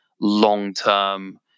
long-term